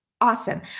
awesome